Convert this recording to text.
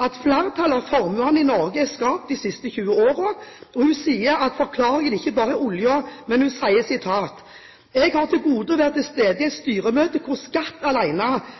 at flertallet av formuene i Norge er skapt de siste 20 årene, og at forklaringen ikke bare er olje. Hun sier: «Jeg har til gode å være til stede i et styrerom hvor skatt